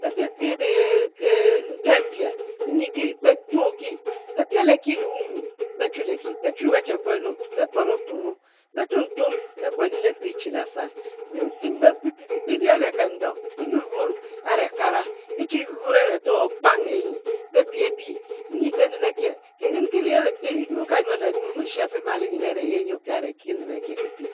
Be pie e'e’ ntembie nyi betuoki, bepielo e'ki lewunu, bechu leki, bechu beche kue lo bekpu otuomu, betuom tuom bekuenu le mbe chi le afal, e’ ri are kendung, e yuor yuor are kara e'chi yuor yur are, are okpang nyibipie, nyi kenen akie, kinen akie le mom e'shey afimulo nyin aye nyi opia are kinen akie kipie,